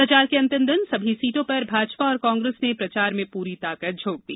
प्रचार के अंतिम दिन सभी सीटों पर भाजपा और कांग्रेस ने प्रचार में पूरी ताकत झोक दी